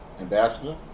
Ambassador